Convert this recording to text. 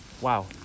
Wow